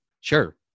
Sure